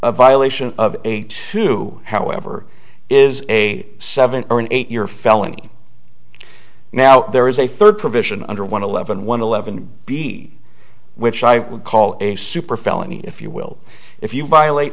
a violation of a two however is a seven or eight year felony now there is a third provision under one eleven one eleven b which i would call a super felony if you will if you buy a late